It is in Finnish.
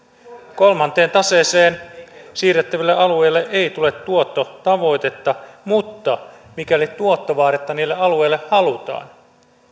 kolmanteen taseeseen siirrettäville alueille ei tule tuottotavoitetta mutta mikäli tuottovaadetta niille alueille halutaan